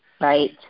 Right